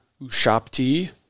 Ushapti